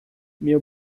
meu